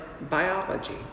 biology